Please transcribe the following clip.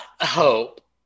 hope